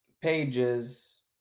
pages